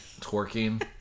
twerking